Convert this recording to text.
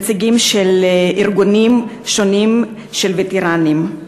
נציגים של ארגונים שונים של וטרנים.